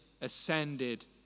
ascended